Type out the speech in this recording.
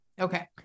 Okay